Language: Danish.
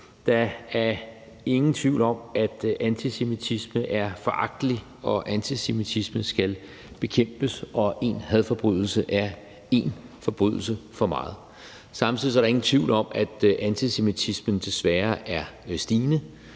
Der er ingen tvivl om, at antisemitisme er foragteligt, at antisemitisme skal bekæmpes, og at én hadforbrydelse er én hadforbrydelse for meget. Samtidig er der ingen tvivl om, at antisemitismen desværre er stigende